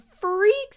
freaks